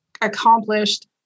accomplished